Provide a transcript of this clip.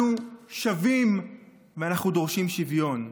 אנחנו שווים ואנחנו דורשים שוויון.